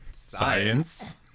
Science